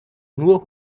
nur